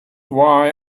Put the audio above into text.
why